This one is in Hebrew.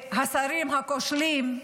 והשרים הכושלים,